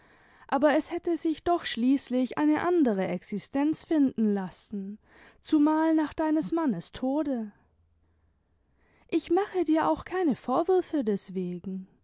aber es hätte sich doch schließlich eine andere existenz finden lassen zumal nach deines mannes tode idi mache dir auch keine vorwürfe